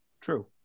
True